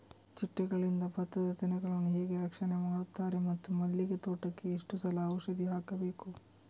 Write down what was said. ಚಿಟ್ಟೆಗಳಿಂದ ಭತ್ತದ ತೆನೆಗಳನ್ನು ಹೇಗೆ ರಕ್ಷಣೆ ಮಾಡುತ್ತಾರೆ ಮತ್ತು ಮಲ್ಲಿಗೆ ತೋಟಕ್ಕೆ ಎಷ್ಟು ಸಲ ಔಷಧಿ ಹಾಕಬೇಕು?